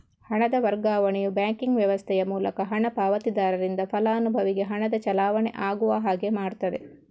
ಹಣದ ವರ್ಗಾವಣೆಯು ಬ್ಯಾಂಕಿಂಗ್ ವ್ಯವಸ್ಥೆಯ ಮೂಲಕ ಹಣ ಪಾವತಿದಾರರಿಂದ ಫಲಾನುಭವಿಗೆ ಹಣದ ಚಲಾವಣೆ ಆಗುವ ಹಾಗೆ ಮಾಡ್ತದೆ